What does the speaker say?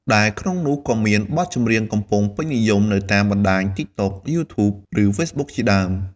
ដែលក្នុងនោះក៏មាន បទចម្រៀងកំពុងពេញនិយមនៅតាមបណ្តាញ TikTok, YouTube, ឬ Facebook ជាដើម។